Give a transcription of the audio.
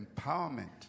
empowerment